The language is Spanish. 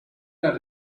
las